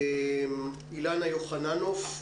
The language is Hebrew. אילנה יוחננוב.